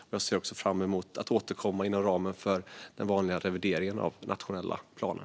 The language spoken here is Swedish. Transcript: Jag ser dock också fram emot att återkomma inom ramen för den vanliga revideringen av den nationella planen.